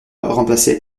remplacé